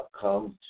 comes